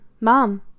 mom